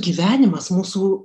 gyvenimas mūsų